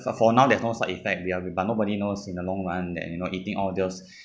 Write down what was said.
so for now there's no side effect we are but nobody knows in the long run that you know eating all those